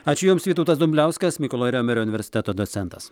ačiū jums vytautas dumbliauskas mykolo riomerio universiteto docentas